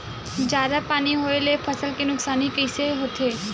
जादा पानी होए ले फसल के नुकसानी कइसे होथे?